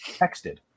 Texted